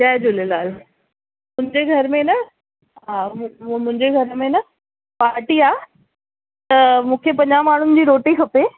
जय झूलेलाल मुंहिंजे घर में न हा मुंहिंजे घर में न पार्टी आहे त मूंखे पंजाह माण्हुनि जी रोटी खपे